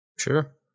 Sure